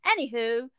Anywho